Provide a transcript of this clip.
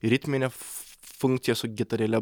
ritminę funkciją su gitarėle